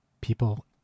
people